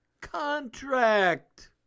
contract